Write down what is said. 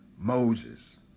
Moses